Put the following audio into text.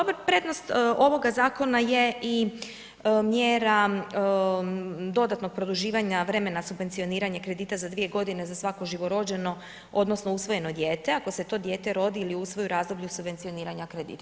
Dobra prednost ovoga zakona je i mjera dodatnog produživanja vremena subvencioniranja kredita za 2 godine za svako živorođeno, odnosno usvojeno dijete, ako se to dijete rodi ili usvoji u razdoblju subvencioniranja kredita.